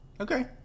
Okay